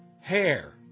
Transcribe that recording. hair